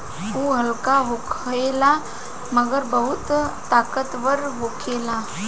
उ हल्का होखेला मगर बहुत ताकतवर होखेला